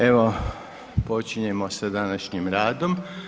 Evo počinjemo sa današnjim radom.